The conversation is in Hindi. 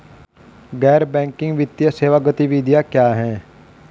गैर बैंकिंग वित्तीय सेवा गतिविधियाँ क्या हैं?